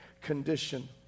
condition